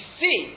see